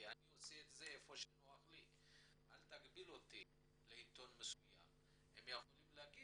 ואי אפשר להגביל אותם לעיתון מסוים כי הם עושים את זה איפה שנוח להם.